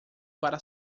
para